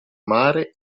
mare